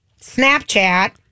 Snapchat